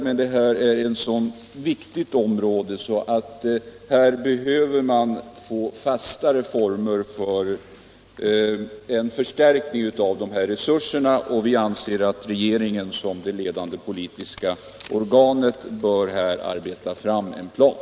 Men detta är ett så viktigt område, att man behöver få fastare former för en förstärkning av resurserna. Vi anser att regeringen såsom det ledande politiska organet bör arbeta fram en plan.